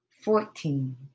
fourteen